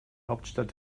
hauptstadt